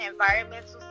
environmental